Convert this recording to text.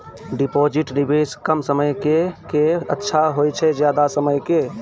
Deposit निवेश कम समय के के अच्छा होय छै ज्यादा समय के?